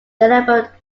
deliver